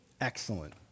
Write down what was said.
Excellent